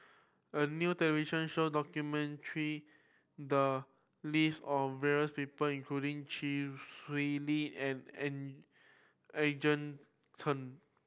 a new television show the lives of various people including Chee Swee Lee and Eugene Chen